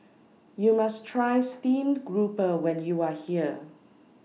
YOU must Try Steamed Grouper when YOU Are here